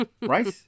Right